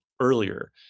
earlier